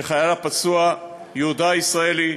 של החייל הפצוע יהודה הישראלי,